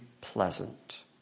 pleasant